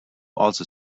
also